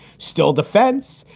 still defense,